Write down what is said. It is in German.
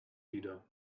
wieder